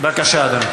בבקשה, אדוני.